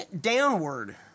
downward